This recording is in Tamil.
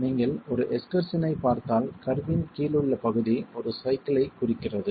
நீங்கள் ஒரு எஸ்கர்சின் ஐப் பார்த்தால் கர்வின் கீழ் உள்ள பகுதி ஒரு சைக்கிள் ஐக் குறிக்கிறது